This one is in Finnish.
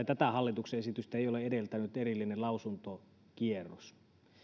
tätä hallituksen esitystähän ei ole edeltänyt erillinen lausuntokierros